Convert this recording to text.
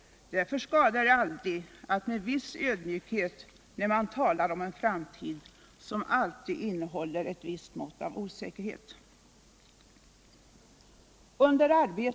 Därför skadar det aldrig med en viss ödmjukhet när man talar om en framtid som alltid innehåller ett visst mått av osäkerhet.